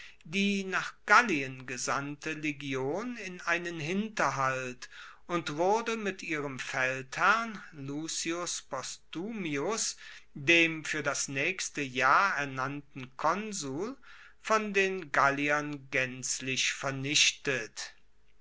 die nach gallien gesandte legion in einen hinterhalt und wurde mit ihrem feldherrn lucius postumius dem fuer das naechste jahr ernannten konsul von den galliern gaenzlich vernichtet